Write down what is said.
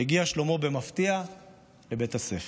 הגיע שלמה במפתיע לבית הספר.